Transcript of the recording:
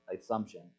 assumption